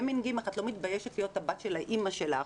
ושיימינגים בנוסח של איך את לא מתביישת להיות הבת של האימא שלך,